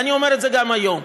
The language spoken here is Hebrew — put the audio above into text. ואני אומר את זה גם היום.